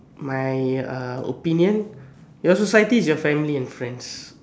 my uh opinion your society is your family and friends